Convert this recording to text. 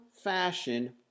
fashion